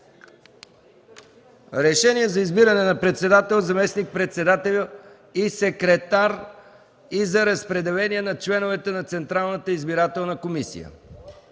„РЕШЕНИЕ за избиране на председател, заместник-председател и секретар и за разпределение на членовете на Централната избирателна комисия